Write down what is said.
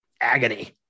agony